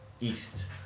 east